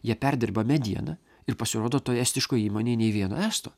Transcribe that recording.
jie perdirba medieną ir pasirodo toj estiškoj įmonėj nei vieno esto